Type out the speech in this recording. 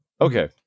okay